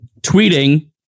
tweeting